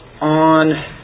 on